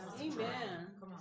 Amen